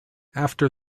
after